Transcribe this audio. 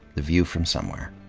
the view from somewhere.